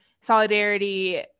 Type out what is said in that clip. solidarity